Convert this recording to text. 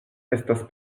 estas